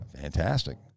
Fantastic